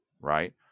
right